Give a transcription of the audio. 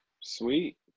Sweet